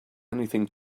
anything